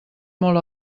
molt